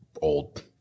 old